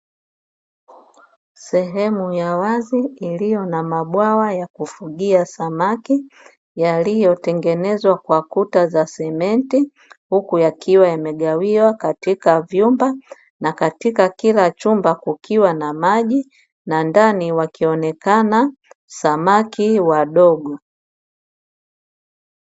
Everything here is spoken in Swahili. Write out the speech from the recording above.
Sehemu ya wazi iliyo na mabwawa ya kufugia samaki, yaliyotengenezwa kwa kuta za simenti huku yakiwa yamegawiwa katika vyumba na katika kila chumba kukiwa na maji na ndani wakionekana samaki wadogo.